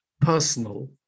personal